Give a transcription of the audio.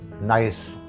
Nice